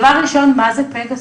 דבר ראשון, מה זה פגסוס?